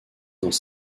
dans